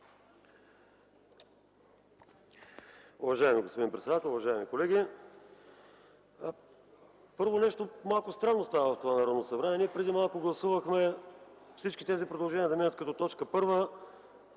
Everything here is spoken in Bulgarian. Уважаеми господин председател, уважаеми колеги! Първо, нещо малко странно става в това Народно събрание – ние преди малко гласувахме всички тези предложения да минат като т. 1, сега,